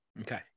Okay